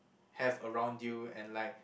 have around you and like